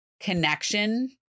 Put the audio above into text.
connection